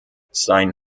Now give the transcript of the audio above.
sein